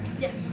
Yes